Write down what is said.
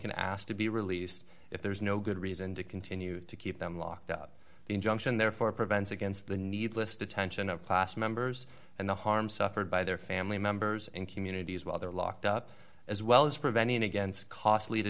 can ask to be released if there is no good reason to continue to keep them locked up the injunction therefore prevents against the needless detention of class members and the harm suffered by their family members and communities while they're locked up as well as preventing against costly